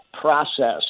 process